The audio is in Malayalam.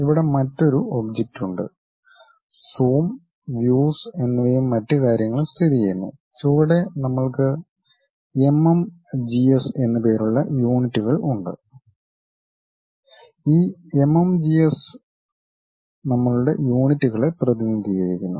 ഇവിടെ മറ്റൊരു ഒബ്ജക്റ്റ് ഉണ്ട് സൂം വ്യൂസ് എന്നിവയും മറ്റ് കാര്യങ്ങളും സ്ഥിതിചെയ്യുന്നു ചുവടെ നമ്മൾക്ക് എംഎംജിഎസ് എന്ന് പേരുള്ള യൂണിറ്റുകൾ ഉണ്ട് ഈ എംഎംജിഎസ് നമ്മളുടെ യൂണിറ്റുകളെ പ്രതിനിധീകരിക്കുന്നു